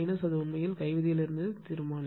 அது உண்மையில் கை விதியிலிருந்து தீர்மானிக்கும்